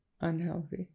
Unhealthy